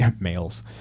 Males